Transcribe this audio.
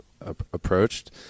approached